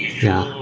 ya